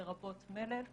לרבות מלל,